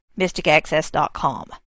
mysticaccess.com